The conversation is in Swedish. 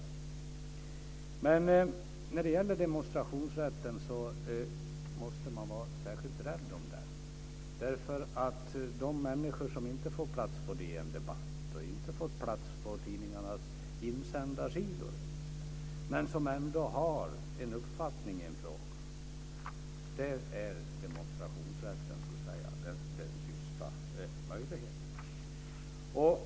Man måste vara särskilt rädd om demonstrationsrätten, därför att för de människor som inte får plats på DN Debatt eller tidningarnas insändarsidor, men som ändå har en uppfattning i en fråga, är demonstrationsrätten den sista möjligheten.